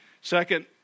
Second